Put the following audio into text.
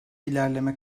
ilerleme